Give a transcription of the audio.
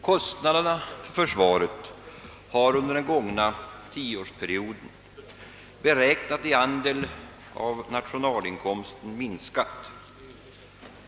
Kostnaderna för försvaret har under den gångna tioårsperioden, om man räknar i andel av nationalinkomsten, minskat.